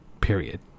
Period